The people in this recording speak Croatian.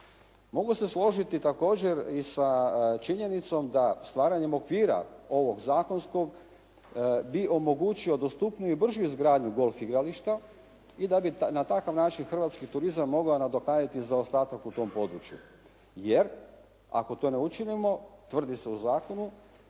Mogu se složiti također i sa činjenicom da stvaranjem okvira ovog zakonskog bi omogućio dostupniju i bržu izgradnju golf igrališta i da bi na takav način hrvatski turizam mogao nadoknaditi zaostatak u tom području, jer ako to ne učinimo tvrdi se u zakonu,